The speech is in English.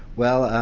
well,